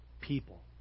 people